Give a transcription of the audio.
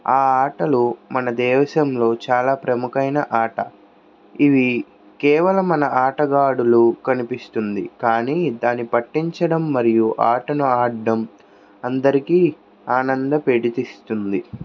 ఆ ఆటలో మన దేశంలో చాలా ప్రముఖమైన ఆట ఇవి కేవలం మన ఆటగాళ్ళలో కనిపిస్తుంది కానీ ఇది దానిని పట్టించడం మరియు ఆటను ఆడడం అందరికి ఆనంద పీడితిస్తుంది